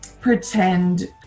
pretend